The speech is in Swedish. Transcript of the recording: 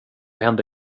hände